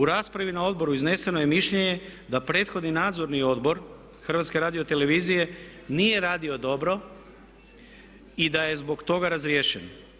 U raspravi na odboru izneseno je mišljenje da prethodni Nadzorni odbor HRT-a nije radio dobro i da je zbog toga razriješen.